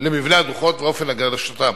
למבנה הדוחות ואופן הגשתם.